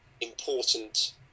important